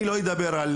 אני לא אדבר על